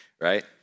right